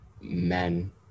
men